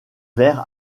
vers